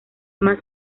más